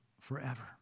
forever